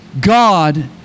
God